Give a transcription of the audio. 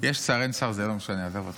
יש שר, אין שר, זה לא משנה, עזוב אותך.